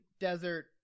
desert